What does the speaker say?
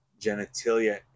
genitalia